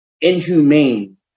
inhumane